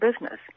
business